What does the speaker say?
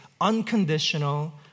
unconditional